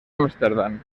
ámsterdam